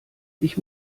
ich